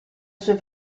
sue